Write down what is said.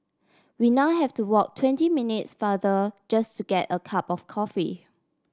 we now have to walk twenty minutes farther just to get a cup of coffee